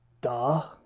duh